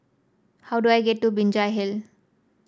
how do I get to Binjai Hill